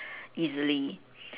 easily